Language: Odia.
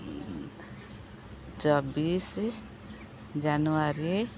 ଚବିଶି ଜାନୁଆରୀ